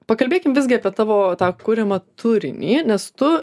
pakalbėkim visgi apie tavo tą kuriamą turinį nes tu